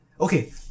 Okay